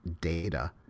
data